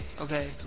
okay